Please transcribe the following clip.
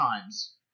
times